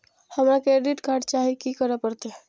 हमरा credit card चाही की करे परतै?